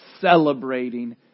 celebrating